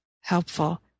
helpful